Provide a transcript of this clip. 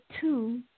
two